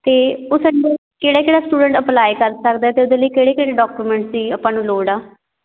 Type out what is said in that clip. ਅਤੇ ਉਹ ਕਿਹੜਾ ਕਿਹੜਾ ਸਟੂਡੈਂਟ ਅਪਲਾਈ ਕਰ ਸਕਦਾ ਅਤੇ ਉਹਦੇ ਲਈ ਕਿਹੜੇ ਕਿਹੜੇ ਡਾਕੂਮੈਂਟ ਦੀ ਆਪਾਂ ਨੂੰ ਲੋੜ ਆ